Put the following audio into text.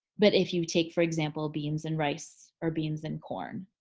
but if you take for example, beans and rice or beans and corn